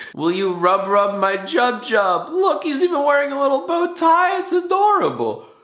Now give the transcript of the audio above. will you rub rub my jub jub? look, he's even wearing a little bowtie, it's adorable!